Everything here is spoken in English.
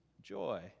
Joy